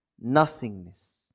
nothingness